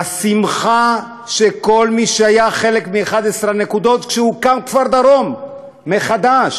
והשמחה של כל מי שהיה חלק מ-11 הנקודות כשהוקם כפר-דרום מחדש,